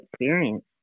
experience